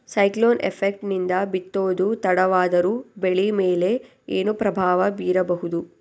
Cyclone effect ನಿಂದ ಬಿತ್ತೋದು ತಡವಾದರೂ ಬೆಳಿ ಮೇಲೆ ಏನು ಪ್ರಭಾವ ಬೀರಬಹುದು?